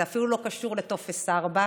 זה אפילו לא קשור לטופס 4,